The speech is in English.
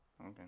Okay